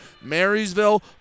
Marysville